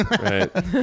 Right